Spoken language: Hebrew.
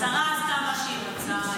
שרה עשתה מה שהיא רצתה,